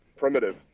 Primitive